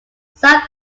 south